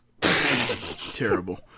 Terrible